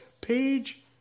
page